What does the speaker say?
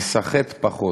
שניסחט פחות,